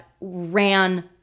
ran